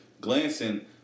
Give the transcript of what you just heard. glancing –